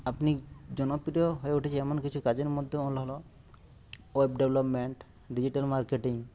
আপনি জনপ্রিয় হয়ে উঠেছে এমন কিছু কাজের মধ্যে হলো ওয়েব ডেভলপমেন্ট ডিজিটাল মার্কেটিং